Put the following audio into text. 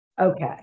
okay